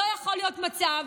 לא יכול להיות מצב